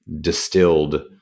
distilled